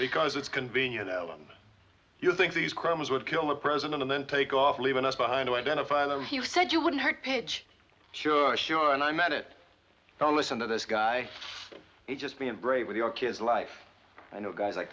because it's convenient you think these crimes would kill the president and then take off leaving us behind to identify like you said you wouldn't hurt pitch sure sure and i meant it don't listen to this guy he just being brave with your kids life i know guys like